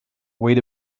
wait